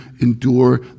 endure